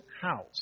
house